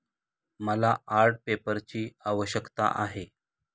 मला आर्ट पेपरची आवश्यकता आहे